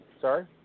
Sorry